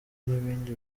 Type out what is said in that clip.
n’ibindi